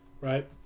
right